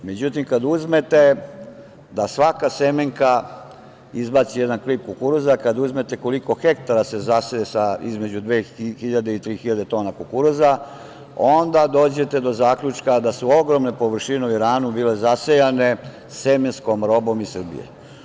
Međutim, kad uzmete da svaka semenka izbaci jedan klip kukuruza, kad uzmete koliko hektara se zaseje između dve i tri hiljade tona kukuruza, onda dođete do zaključka da su ogromne površine u Iranu bile zasejane semenskom robom iz Srbije.